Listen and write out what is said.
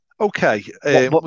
Okay